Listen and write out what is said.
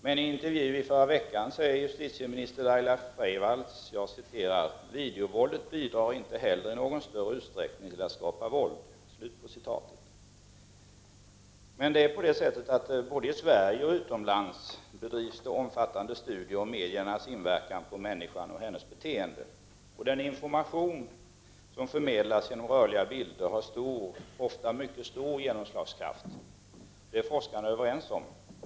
I en intervju i förra veckan sade emellertid justitieminister Laila Freivalds: Videovåldet bidrar inte heller i någon större utsträckning till att skapa våld. Både i Sverige och utomlands bedrivs omfattande studier om mediernas inverkan på människan och hennes beteende. Forskarna är överens om att den information som förmedlas genom rörliga bilder har stor, ofta mycket stor, genomslagskraft.